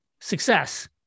success